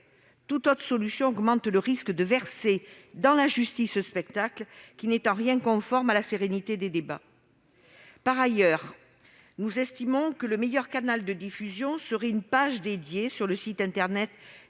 Toute autre solution accroît le risque de verser dans la justice spectacle, qui n'est en rien propice à la sérénité des débats. Par ailleurs, nous estimons que le meilleur canal de diffusion serait une page spéciale du le site internet